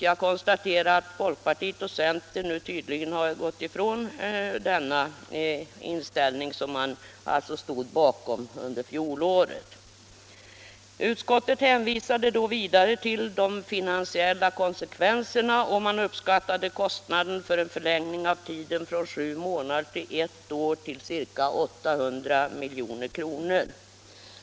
Jag konstaterar att folkpartiet och centern nu tydligen gått ifrån denna inställning, som man alltså stod bakom under fjolåret. Utskottet hänvisade förra året vidare till de finansiella konsekvenserna; man uppskattade kostnaden för en förlängning av tiden från sju månader till ett år till ca 800 milj.kr.